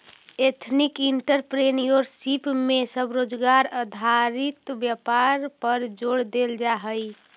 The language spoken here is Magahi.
एथनिक एंटरप्रेन्योरशिप में स्वरोजगार आधारित व्यापार पर जोड़ देल जा हई